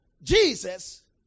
Jesus